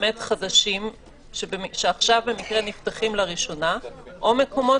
חדשים שבמקרה נפתחים לראשונה או מקומות